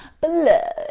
blood